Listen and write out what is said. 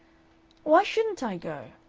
why shouldn't i go?